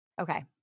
Okay